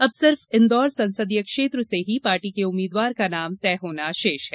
अब सिर्फ इंदौर संसदीय क्षेत्र से ही पार्टी के उम्मीदवार का नाम तय होना शेष है